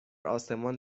آسمان